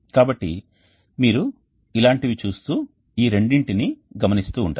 కాబట్టి మీరు ఇలాంటివి చూస్తూ ఈ రెండింటినీ గమనిస్తూ ఉంటారు